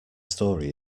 story